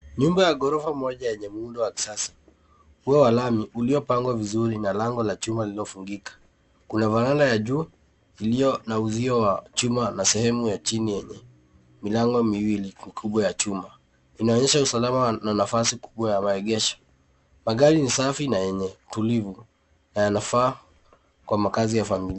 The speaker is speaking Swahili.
Nyumba ya ghorofa moja yenye muundo wa kisasa. Ua wa lami uliopangwa vizuri na lango la chuma lililofungika. Kuna verenda ya juu iliyo na uzio wa chuma na sehemu ya chini yenye milango miwili kikubwa ya chuma. Inaonyesha usalama na nafasi kubwa ya maegesho. Magari ni safi na yenye utulivu na yanafaa kwa makaazi ya familia.